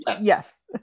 Yes